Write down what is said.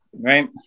right